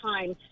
time